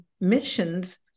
missions